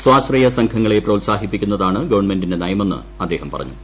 സ്വാശ്രയ സംഘങ്ങളെ പ്രോത്സാഹിപ്പിക്കുന്നതാണ് ഗവൺമെന്റിന്റെ നയമെന്ന് അദ്ദേഹം പറഞ്ഞു